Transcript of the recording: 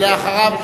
ואחריו,